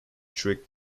trick